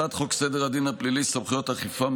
הצעת חוק סדר הדין הפלילי (סמכויות אכיפה,